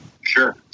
Sure